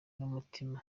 n’umutima